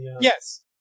Yes